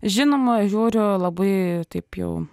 žinoma žiūriu labai taip jau